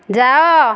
ଯାଅ